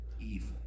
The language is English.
evil